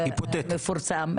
המאוד מפורסם --- היפותטי.